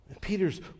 Peter's